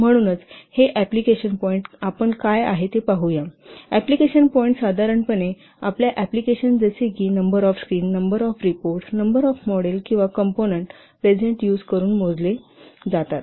म्हणूनच आपण हे एप्लिकेशन पॉईन्ट दर्शवितो एप्लिकेशन पॉइंट्स साधारणपणे आपल्या एप्लिकेशन जसे कि number of screen number of report number of module किंवा कंपोनंन्ट प्रेसेंट यूज करून मोजले जातात